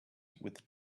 with